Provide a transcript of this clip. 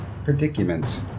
Predicament